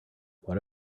what